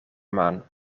maan